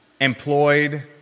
employed